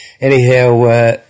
Anyhow